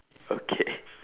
okay